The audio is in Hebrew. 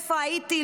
איפה הייתי,